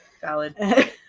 Valid